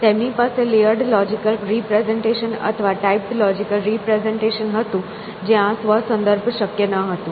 તેમની પાસે layered logical representation અથવા ટાઈપ્ડ લોજિકલ રીપ્રેઝન્ટેશન હતું જ્યાં સ્વ સંદર્ભ શક્ય ન હતું